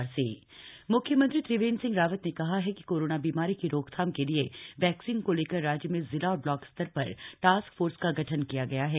CM on covid vaccine म्ख्यमंत्री त्रिवेंद्र सिंह रावत ने कहा है कि कोरोना बीमारी की रोकथाम के लिए वैक्सीन को लेकर राज्य में जिला और ब्लॉक स्तर पर टास्क फोर्स का गठन किया गया है